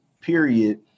period